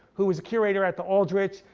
who was a curator at the aldrich.